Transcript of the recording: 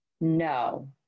No